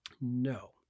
No